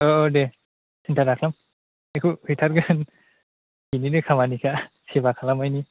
औ औ दे सिन्था दखालाम बेखौ हैथारगोन बिनिनो खामानिखा सेबा खालामनायनि